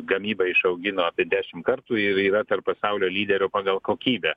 gamybą išaugino apie dešim kartų ir yra tarp pasaulio lyderių pagal kokybę